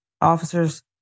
Officers